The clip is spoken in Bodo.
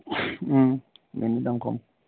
बेनो दाम खम